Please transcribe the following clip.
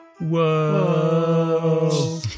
Whoa